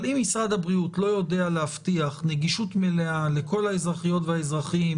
אבל אם משרד הבריאות לא יודע להבטיח נגישות מלאה לכל האזרחיות והאזרחים